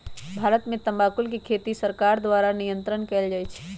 भारत में तमाकुल के खेती सरकार द्वारा नियन्त्रण कएल जाइ छइ